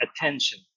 attention